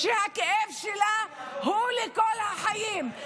שהכאב שלה הוא לכל החיים.